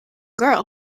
girl